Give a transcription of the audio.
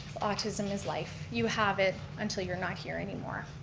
autism is life. you have it until you're not here anymore.